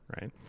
right